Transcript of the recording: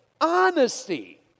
Honesty